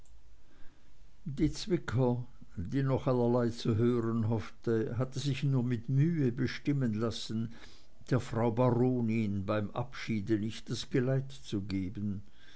die zwicker die noch allerlei zu hören hoffte hatte sich nur mit mühe bestimmen lassen der frau baronin beim abschied nicht das geleit zu geben